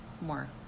more